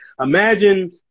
imagine